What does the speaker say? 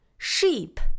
Sheep